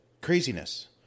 craziness